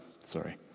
sorry